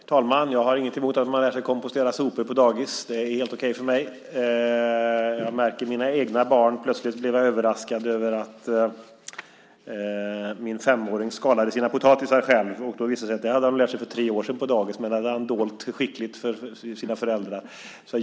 Fru talman! Jag har inget emot att man lär sig kompostera sopor på dagis. Det är helt okej för mig. Jag märker en del på mina egna barn. Plötsligt blev jag överraskad över att min femåring skalade sina potatisar själv. Då visade det sig att han hade lärt sig detta på dagis för tre år sedan, men det hade han dolt skickligt för sina föräldrar.